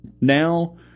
now